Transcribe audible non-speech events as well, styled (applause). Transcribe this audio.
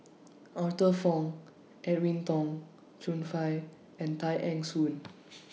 Arthur Fong Edwin Tong Chun Fai and Tay Eng Soon (noise)